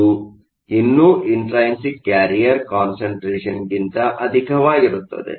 ಇದು ಇನ್ನೂ intrinsic carrier ಕಾನ್ಸಂಟ್ರೇಷನ್ಗಿಂತ ಅಧಿಕವಾಗಿರುತ್ತದೆ